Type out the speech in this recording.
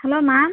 hello ma'am